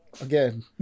Again